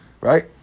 Right